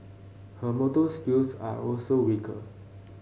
her motor skills are also weaker